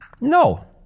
No